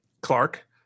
Clark